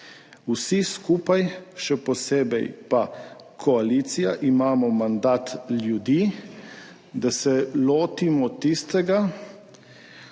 Vsi skupaj, še posebej pa koalicija, imamo mandat ljudi, da se lotimo tistega,